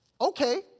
Okay